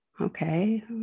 Okay